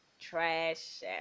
Trash